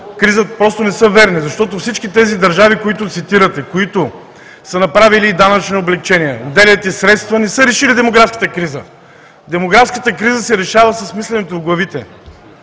криза, просто не са верни, защото всички тези държави, които цитирате, които са направили данъчни облекчения, отделят и средства, не са решили демографската криза. Демографската криза се решава с мисленето в главите.